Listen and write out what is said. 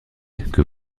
que